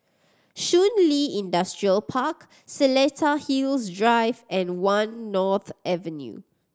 Shun Li Industrial Park Seletar Hills Drive and One North Avenue